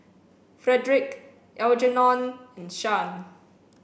Fredrick Algernon and Shan